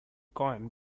coin